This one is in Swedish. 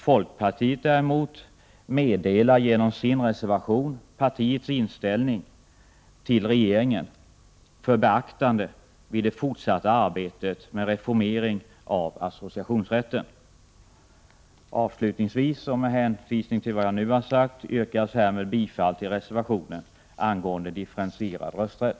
Folkpartiet däremot meddelar genom sin reservation partiets inställning till regeringen för beaktande vid det fortsatta arbetet med reformering av associationsrätten. Avslutningsvis och med hänvisning till vad jag nu har sagt yrkas härmed bifall till reservationen angående differentierad rösträtt.